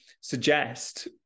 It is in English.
suggest